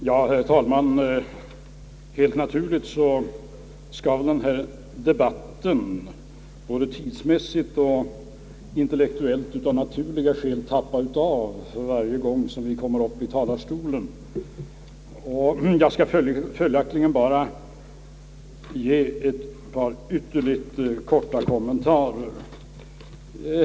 Herr talman! Av naturliga skäl skall väl debattinläggen både tidsmässigt och intellektuellt tappa av för varje gång vi kommer upp i talarstolen, och jag skall följaktligen nu bara ge ett par ytterligt korta kommentarer.